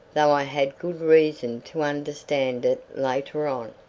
though i had good reason to understand it later on.